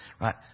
Right